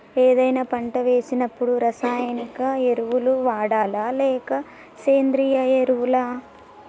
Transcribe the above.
ఏదైనా పంట వేసినప్పుడు రసాయనిక ఎరువులు వాడాలా? లేక సేంద్రీయ ఎరవులా?